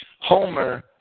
Homer